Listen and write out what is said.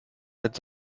mit